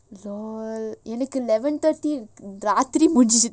எனக்கு:enaku eleven thirty இருக்குராத்திரி:iruku rathiri